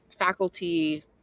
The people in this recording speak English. faculty